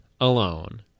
alone